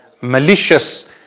malicious